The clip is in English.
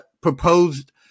proposed